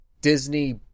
Disney